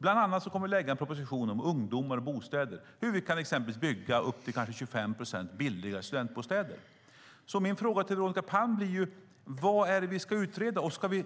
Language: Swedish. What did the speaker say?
Bland annat kommer vi att lägga fram en proposition om ungdomar och bostäder och hur vi exempelvis kan bygga upp till 25 procent billigare studentbostäder. Min fråga till Veronica Palm är: Vad är det vi ska utreda? Ska vi